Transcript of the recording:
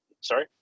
Sorry